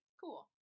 cool